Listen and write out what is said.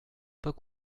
pas